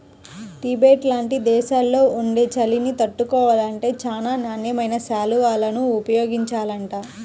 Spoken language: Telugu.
టిబెట్ లాంటి దేశాల్లో ఉండే చలిని తట్టుకోవాలంటే చానా నాణ్యమైన శాల్వాలను ఉపయోగించాలంట